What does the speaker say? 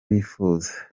bifuza